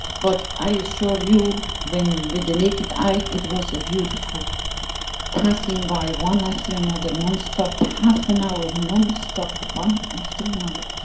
but i assure you, when with the naked eye it was a beautiful passing bye one after another non-stop, half and hour non-stop, one after another.